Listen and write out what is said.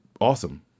awesome